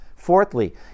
Fourthly